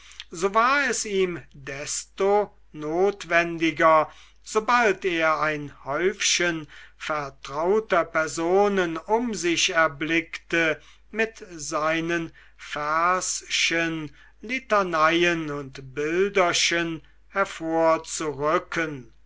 so war es ihm desto notwendiger sobald er ein häufchen vertrauter personen um sich erblickte mit seinen verschen litaneien und bilderchen